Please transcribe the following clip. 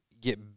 get